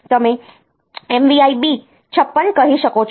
તમે MVI B 56 કહી શકો છો